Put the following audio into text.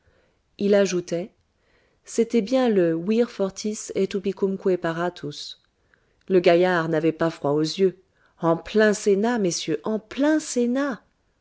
il ajoutait c était bien le vir fortis et ubicumque paratus le gaillard n'avait pas froid aux yeux en plein sénat messieurs en plein sénat